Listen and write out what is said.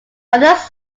others